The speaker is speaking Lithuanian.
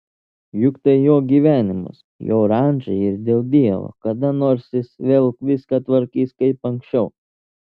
juk tai jo gyvenimas jo ranča ir dėl dievo kada nors jis vėl viską tvarkys kaip anksčiau